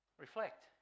Reflect